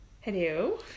Hello